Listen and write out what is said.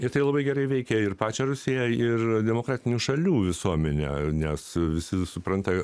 ir tai labai gerai veikia ir pačią rusiją ir demokratinių šalių visuomenę nes visi supranta